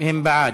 היא בעד.